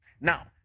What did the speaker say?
Now